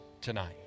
tonight